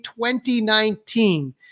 2019